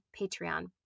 Patreon